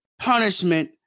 punishment